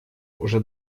уже